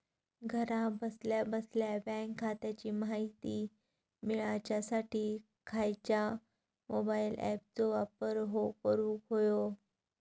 घरा बसल्या बसल्या बँक खात्याची माहिती मिळाच्यासाठी खायच्या मोबाईल ॲपाचो वापर करूक होयो?